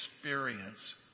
experience